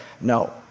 No